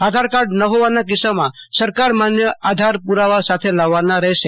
આધારકાર્ડ ન ફોવાના કિસ્સામાં સરકાર માન્ય આધાર પુરાવા સાથે લાવવાના રહેશે